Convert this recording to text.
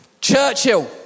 Churchill